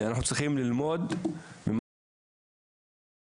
אנחנו צריכים ללמוד ממה שקורה.